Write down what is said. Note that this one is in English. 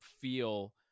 feel